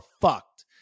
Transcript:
fucked